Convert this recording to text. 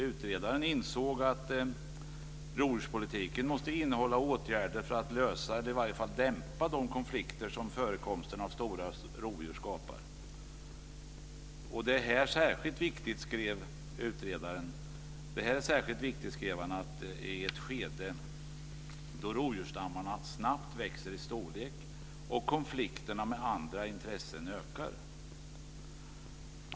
Utredaren insåg att rovdjurspolitiken måste innehålla åtgärder för att lösa eller åtminstone dämpa de konflikter som förekomsten av stora rovdjur skapar. Det här är särskilt viktigt, skrev utredaren, i ett skede då rovdjursstammarna snabbt växer i storlek och konflikterna med andra intressen ökar.